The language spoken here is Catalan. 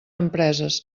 empreses